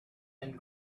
and